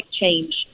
change